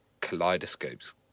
kaleidoscope's